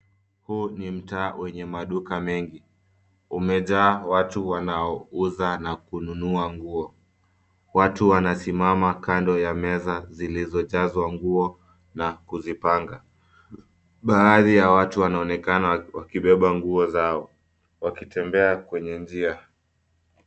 Huu ni mtaa wenye maduka mengi, umejaa watu wanaouza na kununua nguo. Watu wanasimama kando ya meza zilizojazwa nguo na kuzipanga. Baadhi ya watu wanaonekana wakibeba nguo zao wakitembea kwenye njia.